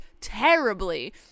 terribly